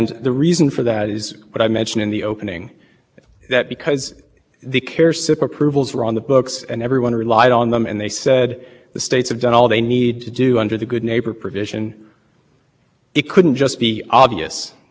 for phipps for the states under the good neighbor provision why wasn't it obvious well into north carolina it was an obvious because of the rehearing ok and because the court kept